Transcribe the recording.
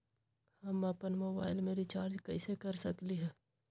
हम अपन मोबाइल में रिचार्ज कैसे कर सकली ह?